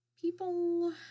People